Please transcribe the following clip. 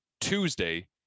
tuesday